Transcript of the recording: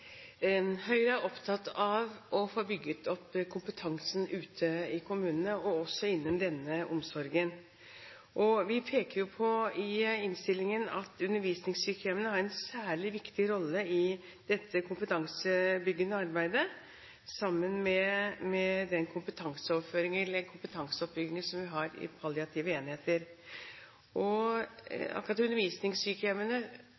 opptatt av å få bygget opp kompetansen ute i kommunene og også innen denne omsorgen. Vi peker jo på i innstillingen at undervisningssykehjemmene har en særlig viktig rolle i dette kompetansebyggende arbeidet, sammen med den kompetanseoppbyggingen som vi har i palliative enheter. Akkurat undervisningssykehjemmene har en viktig rolle også i kommunehelsetjenesten og